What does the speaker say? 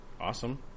Awesome